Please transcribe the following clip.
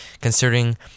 considering